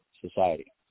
society